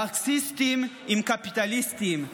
מרקסיסטים עם קפיטליסטים,